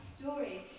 story